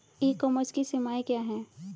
ई commerce की सीमाएं क्या हैं?